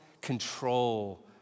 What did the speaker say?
control